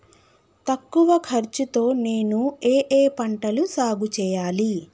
తక్కువ ఖర్చు తో నేను ఏ ఏ పంటలు సాగుచేయాలి?